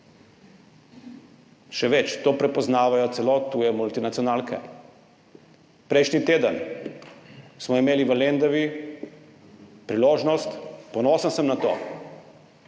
Še več, to prepoznavajo celo tuje multinacionalke. Prejšnji teden smo imeli v Lendavi priložnost, ponosen sem na to,